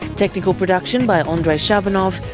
technical production by andrei shabunov,